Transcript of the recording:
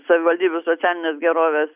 savivaldybių socialinės gerovės